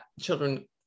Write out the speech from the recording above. children